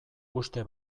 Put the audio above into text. uste